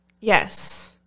Yes